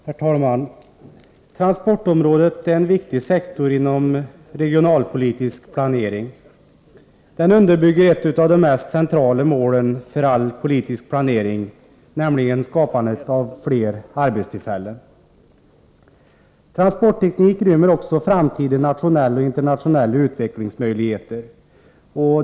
Herr talman! Transportområdet är en viktig sektor inom regionalpolitisk planering. Den underbygger ett av de mest centrala målen för all politisk planering, nämligen skapandet av fler arbetstillfällen. Transportteknik rymmer också framtida nationella och internationella utvecklingsmöjligheter.